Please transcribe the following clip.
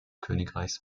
königreichs